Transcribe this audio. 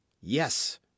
Yes